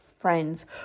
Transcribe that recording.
Friends